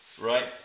right